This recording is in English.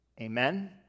Amen